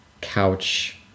couch